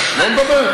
לא מדבר?